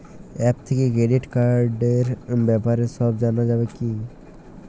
App থেকে credit কার্ডর ব্যাপারে সব জানা যাবে কি?